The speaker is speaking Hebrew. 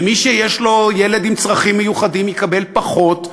ומי שיש לו ילד עם צרכים מיוחדים יקבל פחות,